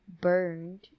burned